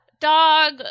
dog